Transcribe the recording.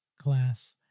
class